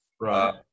Right